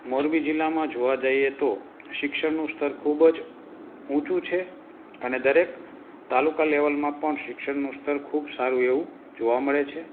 મોરબી જિલ્લામાં જોવા જઇએ તો શિક્ષણનું સ્તર ખૂબ જ ઊંચું છે અને દરેક તાલુકા લેવલમાં પણ શિક્ષણનું સ્તર ખૂબ સારું એવું જોવા મળે છે